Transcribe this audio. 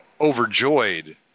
overjoyed